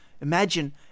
Imagine